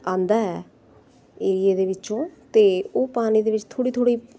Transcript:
ਆਉਂਦਾ ਹੈ ਏਰੀਏ ਦੇ ਵਿੱਚੋਂ ਅਤੇ ਉਹ ਪਾਣੀ ਦੇ ਵਿੱਚ ਥੋੜ੍ਹੀ ਥੋੜ੍ਹੀ